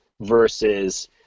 versus